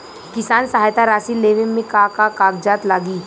किसान सहायता राशि लेवे में का का कागजात लागी?